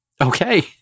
Okay